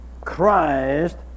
Christ